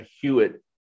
Hewitt